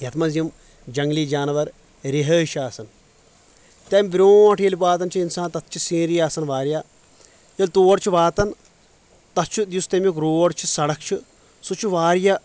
یتھ منٛز یِم جنگلی جانور رہٲیِش چھِ آسان تمہِ برٛونٛٹھ ییٚلہِ واتان چھُ انسان تتھ چھِ سینری آسان واریاہ ییٚلہِ تور چھِ واتان تتھ چھُ یُس تمیُک روڑ چھُ سڑک چھِ سُہ چھُ واریاہ